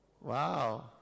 Wow